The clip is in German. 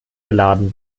geladen